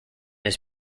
his